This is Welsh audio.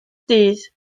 dydd